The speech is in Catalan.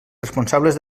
responsables